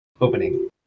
opening